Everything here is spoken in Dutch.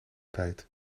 tijd